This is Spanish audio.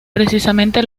precisamente